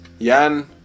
Jan